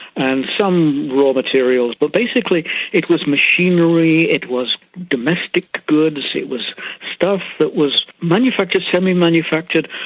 and some raw materials but basically it was machinery, it was domestic goods, it was stuff that was manufactured, semi-manufactured,